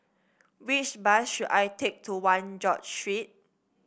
which bus should I take to One George Street